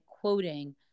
quoting